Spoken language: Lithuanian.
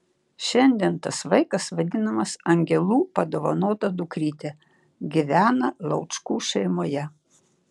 šiandien tas vaikas vadinamas angelų padovanota dukryte gyvena laučkų šeimoje